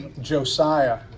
Josiah